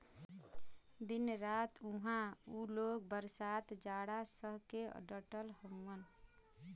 दिन रात उहां उ लोग बरसात जाड़ा सह के डटल हउवन